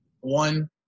One